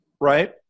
right